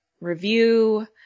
review